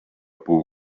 puu